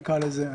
כך נקרא לזה.